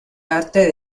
arte